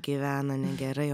gyvename gerai